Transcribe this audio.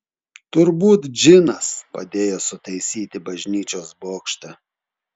turbūt džinas padėjo sutaisyti bažnyčios bokštą